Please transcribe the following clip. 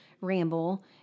ramble